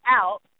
out